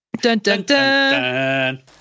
Dun-dun-dun